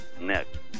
next